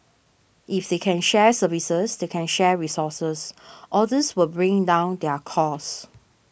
if they can share services they can share resources all these will bring down their costs